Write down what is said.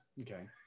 Okay